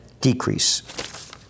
decrease